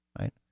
Right